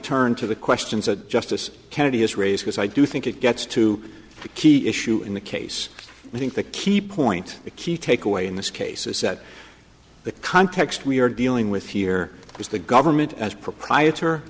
turn to the questions that justice kennedy has raised because i do think it gets to the key issue in the case i think the key point the key takeaway in this case is that the context we are dealing with here is the government as proprietor